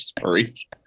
Sorry